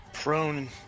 prone